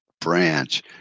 branch